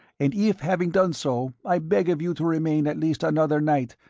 and if, having done so, i beg of you to remain at least another night,